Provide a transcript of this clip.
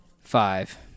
five